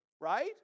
Right